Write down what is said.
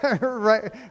right